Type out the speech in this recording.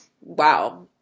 wow